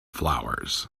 flowers